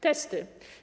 Testy.